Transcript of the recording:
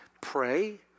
pray